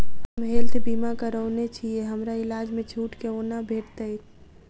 हम हेल्थ बीमा करौने छीयै हमरा इलाज मे छुट कोना भेटतैक?